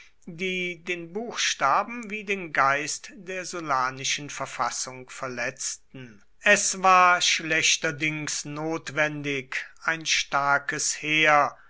die den buchstaben wie den geist der sullanischen verfassung verletzten es war schlechterdings notwendig ein starkes heer